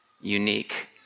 unique